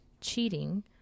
cheating